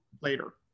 later